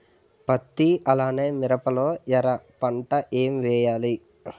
పత్తి అలానే మిరప లో ఎర పంట ఏం వేయాలి?